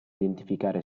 identificare